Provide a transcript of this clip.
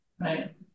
right